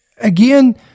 again